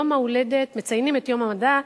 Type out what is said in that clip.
מציינים את יום המדע,